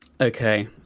Okay